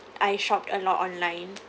I shopped a lot online